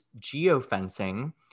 geofencing